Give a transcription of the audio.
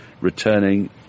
returning